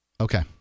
Okay